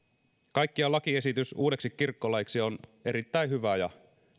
kaikkiaan lakiesitys uudeksi kirkkolaiksi on erittäin hyvä ja